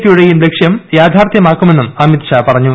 പിയുടെയും ലക്ഷ്യം യാഥാർത്ഥ്യമാക്കുമെന്നും അമിത്ഷാ പറഞ്ഞു